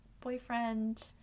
boyfriend